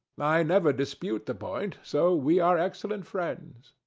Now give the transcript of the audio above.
i never dispute the point so we are excellent friends.